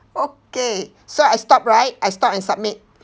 okay so I stop right I stop and submit